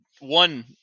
One